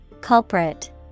Culprit